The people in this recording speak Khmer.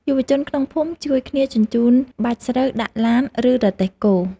យុវជនក្នុងភូមិជួយគ្នាជញ្ជូនបាច់ស្រូវដាក់ឡាន ឬរទេះគោ។